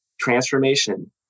transformation